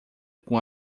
com